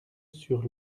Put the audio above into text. sur